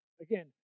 Again